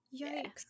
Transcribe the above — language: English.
Yikes